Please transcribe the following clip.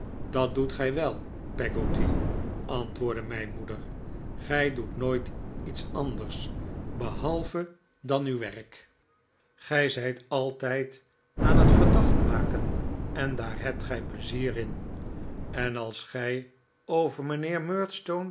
dat doet gij wel peggotty antwoordde mijn moeder gij doet nooit iets anders behalve dan uw werk gij zijt altijd aan het verdacht maken en daar hebt gij pleizier david copperfield in en als gij over mijnheer